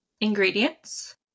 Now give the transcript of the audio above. ingredients